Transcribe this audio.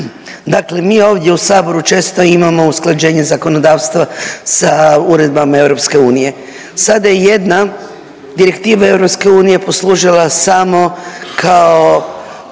Dakle mi ovdje u Saboru često imamo usklađenje zakonodavstva sa uredbama EU. Sada je jedna direktiva EU poslužila samo kao